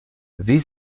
wie